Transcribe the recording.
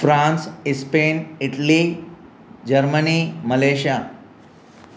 France Spain Italy Germany Malaysia